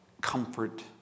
comfort